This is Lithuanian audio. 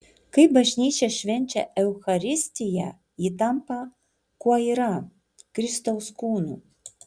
kai bažnyčia švenčia eucharistiją ji tampa kuo yra kristaus kūnu